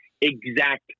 exact